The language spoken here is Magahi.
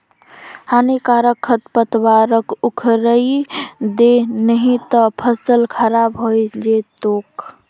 हानिकारक खरपतवारक उखड़इ दे नही त फसल खराब हइ जै तोक